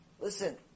listen